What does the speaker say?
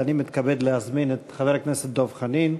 אני מתכבד להזמין את חבר הכנסת דב חנין,